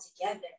together